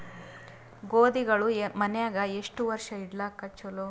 ಗೋಧಿಗಳು ಮನ್ಯಾಗ ಎಷ್ಟು ವರ್ಷ ಇಡಲಾಕ ಚಲೋ?